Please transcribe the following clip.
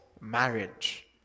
marriage